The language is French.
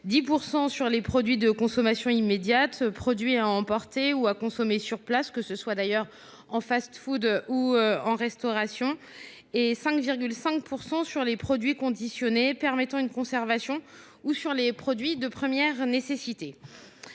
10 % sur les produits de consommation immédiate, produits à emporter ou à consommer sur place, dans un ou un restaurant, et un taux à 5,5 % sur les produits conditionnés permettant une conservation ou sur les produits de première nécessité.